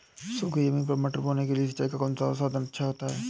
सूखी ज़मीन पर मटर बोने के लिए सिंचाई का कौन सा साधन अच्छा होता है?